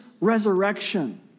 resurrection